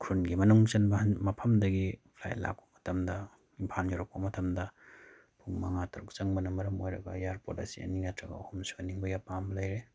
ꯎꯈ꯭ꯔꯨꯜꯒꯤ ꯃꯅꯨꯡ ꯆꯟꯕ ꯃꯐꯝꯗꯒꯤ ꯐ꯭ꯂꯥꯏꯠ ꯂꯥꯛꯄ ꯃꯇꯝꯗ ꯏꯝꯐꯥꯜ ꯌꯧꯔꯛꯄ ꯃꯇꯝꯗ ꯄꯨꯡ ꯃꯉꯥ ꯇꯔꯨꯛ ꯆꯪꯕꯅ ꯃꯔꯝ ꯑꯣꯏꯔꯒ ꯏꯌꯥꯔꯄꯣꯠ ꯑꯁꯤ ꯑꯅꯤ ꯅꯠꯇ꯭ꯔꯒ ꯑꯍꯨꯝ ꯁꯨꯍꯟꯅꯤꯡꯕꯒꯤ ꯑꯄꯥꯝꯕ ꯂꯩꯔꯦ